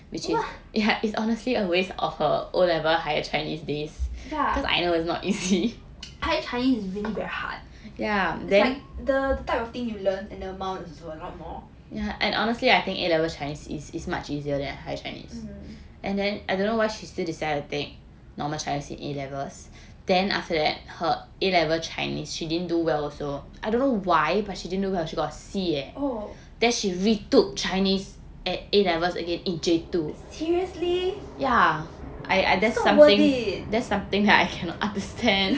what ya higher chinese is really very hard it's like the the type of thing you learn and the amounts were a lot more mm oh seriously it's not worth it